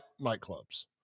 nightclubs